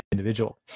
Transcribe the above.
individual